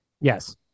Yes